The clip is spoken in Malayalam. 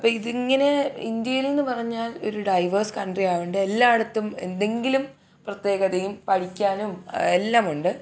ഇപ്പോൾ ഇതിങ്ങനെ ഇന്ത്യയിലെന്ന് പറഞ്ഞാൽ ഒരു ഡൈവേഴ്സ് കൺട്രി ആയതുകൊണ്ട് എല്ലായിടത്തും എന്തെങ്കിലും പ്രത്യേകതയും പഠിക്കാനും എല്ലാമുണ്ട്